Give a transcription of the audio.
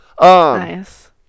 Nice